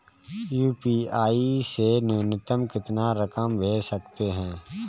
UPI से न्यूनतम कितनी रकम भेज सकते हैं?